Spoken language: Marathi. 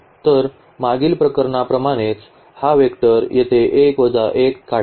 तर मागील प्रकरणांप्रमाणेच हा व्हेक्टर येथे 1 वजा 1 काढा